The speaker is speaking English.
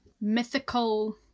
mythical